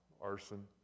Arson